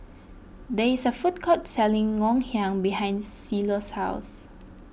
there is a food court selling Ngoh Hiang behind Cielo's house